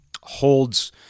holds